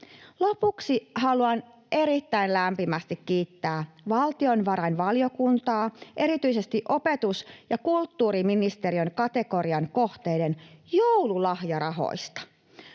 Lopuksi haluan erittäin lämpimästi kiittää valtiovarainvaliokuntaa erityisesti opetus‑ ja kulttuuriministeriön kategorian kohteiden joululahjarahoista,